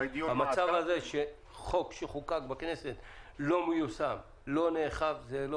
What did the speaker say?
המצב הזה שחוק שחוקק בכנסת אינו מיושם ולא נאכף זה לא